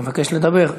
מוותרת.